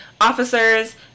officers